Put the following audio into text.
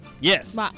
Yes